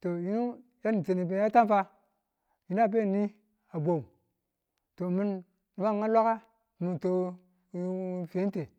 To yinu yani tane be yina a beni a bwau to mi̱n nibu ngau lwaka nti fente